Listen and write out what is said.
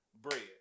Bread